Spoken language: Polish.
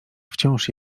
wciąż